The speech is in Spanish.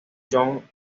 john